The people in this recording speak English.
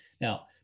Now